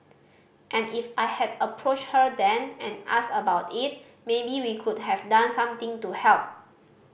and if I had approached her then and asked about it maybe we could have done something to help